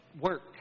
work